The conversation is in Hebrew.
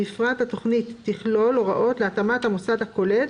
בפרט התוכנית תכלול הוראות להתאמת המוסד הקולט